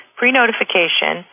pre-notification